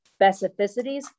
specificities